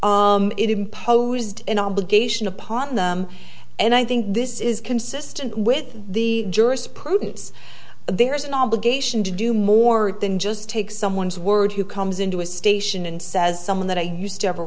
obligation upon them and i think this is consistent with the jurisprudence there's an obligation to do more than just take someone's word who comes into a station and says someone that i used to have a